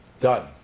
Done